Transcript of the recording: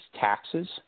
taxes